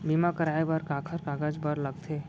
बीमा कराय बर काखर कागज बर लगथे?